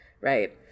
Right